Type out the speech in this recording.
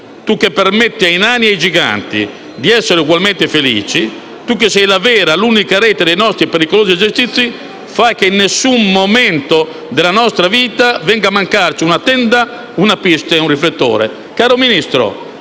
«Tu che permetti ai nani e ai giganti di essere ugualmente felici, tu che sei la vera, l'unica rete dei nostri pericolosi esercizi, fa' che in nessun momento della nostra vita venga a mancarci una tenda, una pista e un riflettore». Caro Ministro,